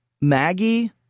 Maggie